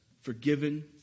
Forgiven